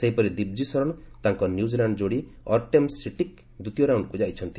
ସେହିପରି ଦିବ୍ଜୀ ଶରଣ ତାଙ୍କ ନ୍ୟୁଜିଲାଣ୍ଡ ଯୋଡ଼ି ଅରଟେମ୍ ସୀଟକ ଦ୍ୱିତୀୟ ରାଉଣ୍ଡକୁ ଯାଇଛନ୍ତି